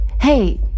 Hey